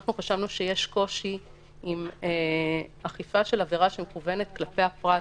אנחנו חשבנו שיש קושי עם אכיפה של עבירה שמכוונת כלפי הפרט,